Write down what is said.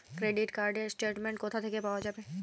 Credit card র statement কোথা থেকে পাওয়া যাবে?